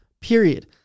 period